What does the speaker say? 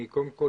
אני קודם כל